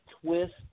twist